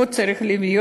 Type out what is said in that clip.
פה צריך להיות,